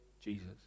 jesus